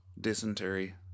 dysentery